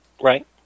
Right